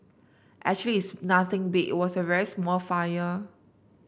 actually it's nothing big it was a very small fire